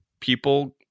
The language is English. People